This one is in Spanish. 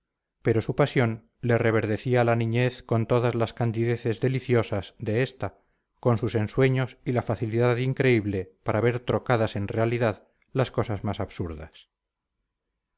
pero su pasión le reverdecía la niñez con todas las candideces deliciosas de esta con sus ensueños y la facilidad increíble para ver trocadas en realidad las cosas más absurdas